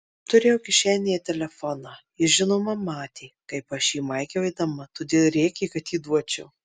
turėjau kišenėje telefoną jis žinoma matė kaip aš jį maigiau eidama todėl rėkė kad jį duočiau